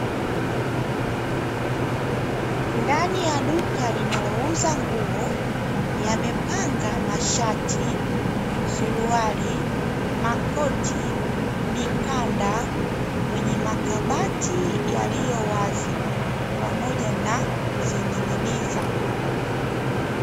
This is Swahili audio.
Ndani ya duka linalouza nguo, yamepanga: mashati, suruali, makoti, mikanda, kwenye makabati yaliyowazi pamoja na kuzining'iniza.